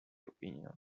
opinion